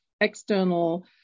external